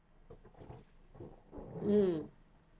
mm